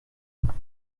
them